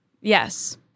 Yes